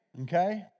okay